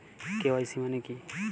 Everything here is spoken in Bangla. কে.ওয়াই.সি মানে কী?